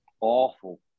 awful